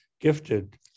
gifted